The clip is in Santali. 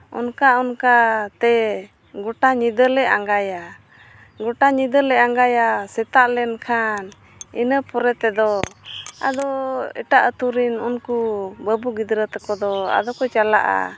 ᱚᱱᱠᱟ ᱚᱱᱠᱟᱛᱮ ᱜᱚᱴᱟ ᱧᱤᱫᱟᱹ ᱞᱮ ᱟᱸᱜᱟᱭᱟ ᱜᱚᱴᱟ ᱧᱤᱫᱟᱹ ᱞᱮ ᱟᱸᱜᱟᱭᱟ ᱥᱮᱛᱟᱜ ᱞᱮᱱᱠᱷᱟᱱ ᱤᱱᱟᱹ ᱯᱚᱨᱮ ᱛᱮᱫ ᱟᱫᱚ ᱮᱴᱟᱜ ᱟᱹᱛᱩ ᱨᱮᱱ ᱩᱱᱠᱩ ᱵᱟᱹᱵᱩ ᱜᱤᱫᱽᱨᱟᱹ ᱛᱟᱠᱚ ᱫᱚ ᱟᱫᱚ ᱠᱚ ᱪᱟᱞᱟᱜᱼᱟ